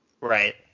Right